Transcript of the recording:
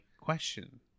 question